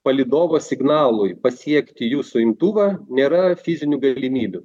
palydovo signalui pasiekti jūsų imtuvą nėra fizinių galimybių